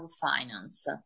finance